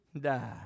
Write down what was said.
die